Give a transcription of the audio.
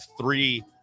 three